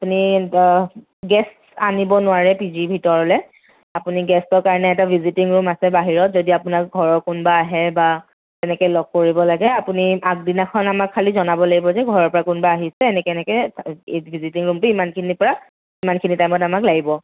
আপুনি গেষ্ট আনিব নোৱাৰে পি জিৰ ভিতৰলৈ আপুনি গেষ্টৰ কাৰণে এটা ভিজিটিং ৰুম আছে বাহিৰত যদি আপোনাৰ ঘৰৰ কোনোবা আহে বা তেনেকৈ লগ কৰিব লাগে আপুনি আগদিনাখন আমাক খালী জনাব লাগিব যে ঘৰৰপৰা কোনোবা আহিছে এনেকৈ এনেকৈ ভিজিটিং ৰুমটো ইমানখিনিৰপৰা ইমানখিনি টাইমত আমাক লাগিব